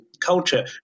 culture